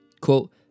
Quote